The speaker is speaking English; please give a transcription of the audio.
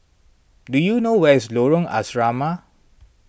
do you know where is Lorong Asrama